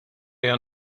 ejja